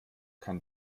kann